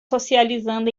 socializando